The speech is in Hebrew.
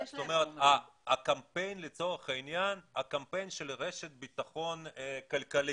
הקמפיין לצורך העניין של 'רשת ביטחון כלכלית',